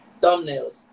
thumbnails